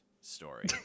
story